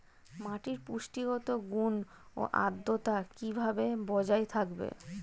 মাটির পুষ্টিগত গুণ ও আদ্রতা কিভাবে বজায় থাকবে?